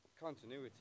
Continuity